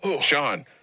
sean